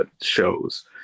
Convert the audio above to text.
shows